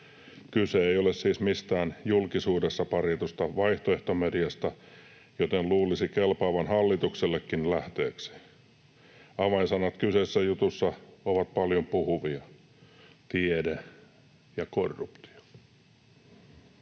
Kyse ei ole siis mistään julkisuudessa parjatusta vaihtoehtomediasta, joten luulisi kelpaavan hallituksellekin lähteeksi. Avainsanat kyseisessä jutussa ovat paljon puhuvia: tiede ja korruptio.